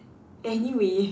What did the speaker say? anyway